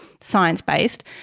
science-based